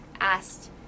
asked